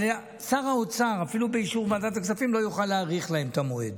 אבל שר האוצר לא יוכל להאריך להם את המועד